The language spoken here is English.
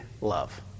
Love